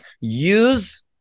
use